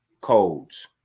codes